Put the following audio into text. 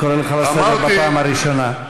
אני קורא אותך לסדר בפעם הראשונה.